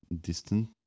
distant